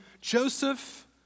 Joseph